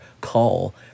call